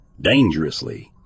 dangerously